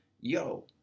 yo